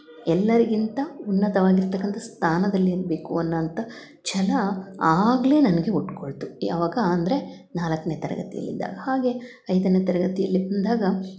ಎಲ್ಲರಿಗಿಂತ ಉನ್ನತವಾಗಿರ್ತಕಂತ ಸ್ಥಾನದಲ್ಲಿ ಇರಬೇಕು ಅನ್ನುವಂತ ಛಲ ಆಗಲೆ ನನಗೆ ಹುಟ್ಕೊಳ್ತು ಯಾವಾಗ ಅಂದರೆ ನಾಲ್ಕನೆ ತರಗತಿಲಿ ಇದ್ದಾಗ ಹಾಗೆ ಐದನೆ ತರಗತಿಲಿ ಬಂದಾಗ